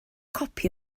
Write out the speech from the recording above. copi